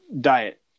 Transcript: diet